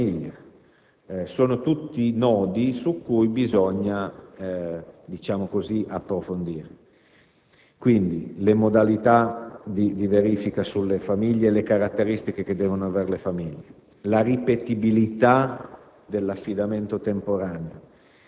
negli anni presso la stessa famiglia. Sono tutti nodi che bisogna approfondire. Ripeto, le modalità di verifica delle famiglie, le caratteristiche che devono avere, la ripetibilità